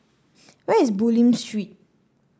where is Bulim Street